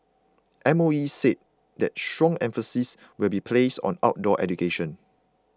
M O E said that strong emphasis will be placed on outdoor education